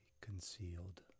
concealed